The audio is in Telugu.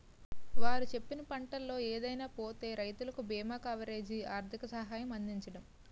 వారు చెప్పిన పంటల్లో ఏదైనా పోతే రైతులకు బీమా కవరేజీ, ఆర్థిక సహాయం అందించడం